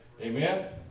Amen